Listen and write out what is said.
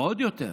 ועוד יותר,